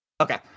Okay